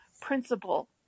principle